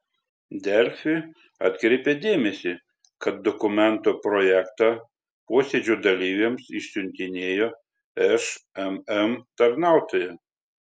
delfi atkreipia dėmesį kad dokumento projektą posėdžio dalyviams išsiuntinėjo šmm tarnautoja